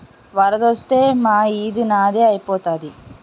వరదొత్తే మా ఈది నదే ఐపోతాది